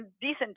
decent